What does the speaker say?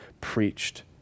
preached